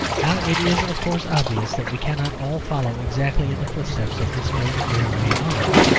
now it is, of course, obvious that we cannot all follow exactly in the footsteps of this great railway monarch.